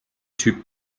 typ